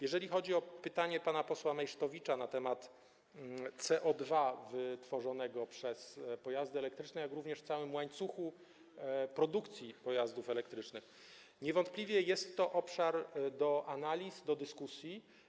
Jeżeli chodzi o pytanie pana posła Meysztowicza dotyczące CO2 wytworzonego przez pojazdy elektryczne, jak również w całym łańcuchu produkcji pojazdów elektrycznych, to niewątpliwie jest to obszar do analiz, do dyskusji.